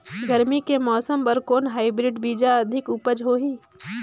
गरमी के मौसम बर कौन हाईब्रिड बीजा अधिक उपज होही?